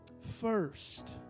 first